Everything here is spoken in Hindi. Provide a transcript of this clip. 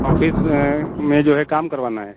आफिस में जो है काम करवाना है